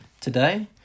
today